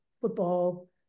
football